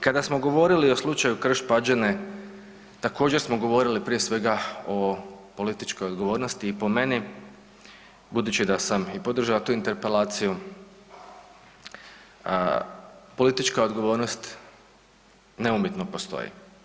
Kada smo govorili o slučaju Krš-Pađene također smo govorili prije svega o političkoj odgovornosti i po meni, budući da sam i podržao tu interpelaciju politička odgovornost neumitno postoji.